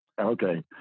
Okay